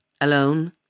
alone